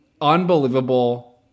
unbelievable